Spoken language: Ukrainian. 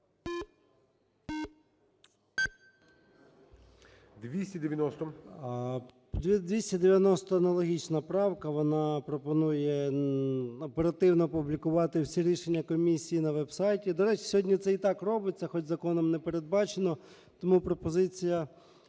О.М. 290 – аналогічна правка, вона пропонує оперативно публікувати всі рішення комісії на веб-сайті. До речі, сьогодні це і так робиться, хоч законом не передбачено. Тому пропозиція